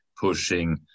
pushing